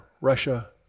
Russia